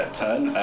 turn